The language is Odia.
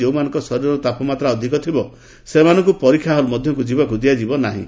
ଯେଉଁମାନଙ୍କର ଶରୀରର ତାପମାତ୍ରା ଅଧିକ ଥିବ ସେମାନଙ୍କୁ ପରୀକ୍ଷା ହଲ୍ ମଧ୍ୟକୁ ଯିବାକୁ ଦିଆଯିବ ନାହିଁ